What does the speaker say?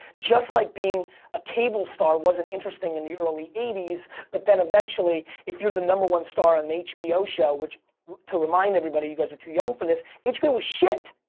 just like being a cable star wasn't interesting in the early eighty s but then eventually if you're the number one star on hbo show which to remind everybody, you guys are too young for this, hbo's was shit.